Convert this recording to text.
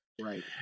Right